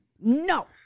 No